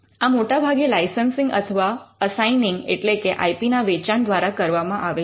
આ મોટાભાગે લાઇસન્સિંગ અથવા અસાઇનિંગ એટલે કે આઇ પી ના વેચાણ દ્વારા કરવામાં આવે છે